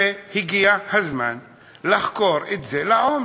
והגיע הזמן לחקור את זה לעומק,